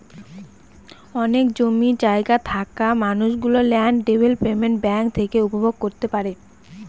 অনেক জমি জায়গা থাকা মানুষ গুলো ল্যান্ড ডেভেলপমেন্ট ব্যাঙ্ক থেকে উপভোগ করতে পারে